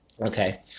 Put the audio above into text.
Okay